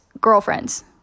girlfriends